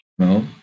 No